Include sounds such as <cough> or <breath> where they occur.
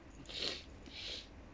<breath>